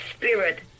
Spirit